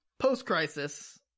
post-crisis